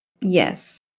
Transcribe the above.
yes